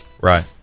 Right